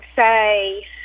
say